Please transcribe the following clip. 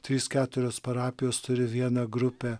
trys keturios parapijos turi vieną grupę